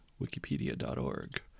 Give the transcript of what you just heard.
wikipedia.org